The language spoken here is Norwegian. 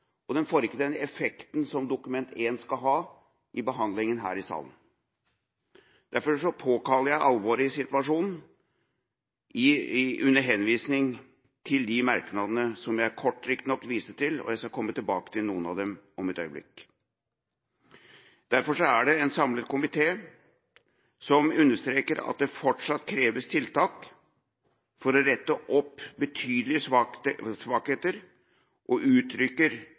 og den får ikke den effekten som Dokument 1 skal ha i behandlinga her i salen. Derfor påkaller jeg alvoret i situasjonen under henvisning til de merknadene som jeg – kort riktignok – viste til. Jeg skal komme tilbake til noen av dem om et øyeblikk. Derfor er det en samlet komité som understreker at det fortsatt kreves tiltak for å rette opp betydelige svakheter, og uttrykker